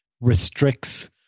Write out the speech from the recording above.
restricts